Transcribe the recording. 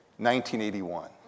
1981